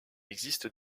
existe